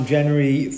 January